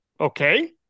Okay